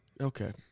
okay